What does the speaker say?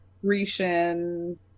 grecian